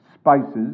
spices